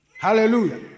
Hallelujah